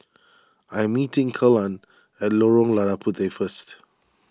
I am meeting Kelan at Lorong Lada Puteh first